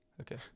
Okay